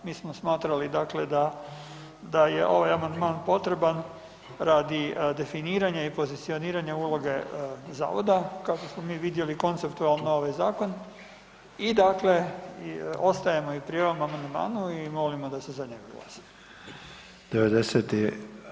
Mi smo smatrali, dakle da, da je ovaj amandman potreban radi definiranja i pozicioniranja uloge zavoda kako smo mi vidjeli konceptualno ovaj zakon i dakle, i ostajemo i pri ovom amandmanu i molimo da se za njega glasa.